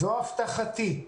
זו הבטחתי.